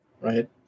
right